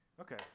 Okay